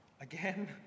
Again